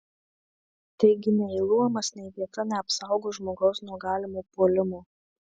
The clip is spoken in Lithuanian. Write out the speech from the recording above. taigi nei luomas nei vieta neapsaugo žmogaus nuo galimo puolimo